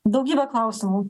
daugybė klausimų